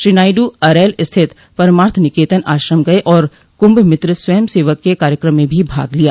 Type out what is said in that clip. श्री नायड् अरैल स्थित परमार्थ निकेतन आश्रम गये और कुंभ मित्र स्वयं सेवक के कार्यक्रम में भी भाग लिया